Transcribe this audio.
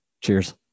Cheers